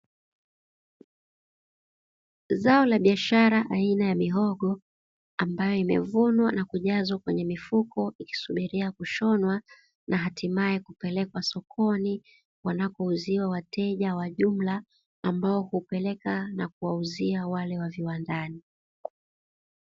Zao la biashara aina ya mihogo ambayo imevunwa na kujazwa kwenye mifuko ikisubiria kushonwa na hatimaye kupelekwa sokoni wanakouziwa wateja wa jumla, ambao hupeleka na kuwauzia wale wa viwandani.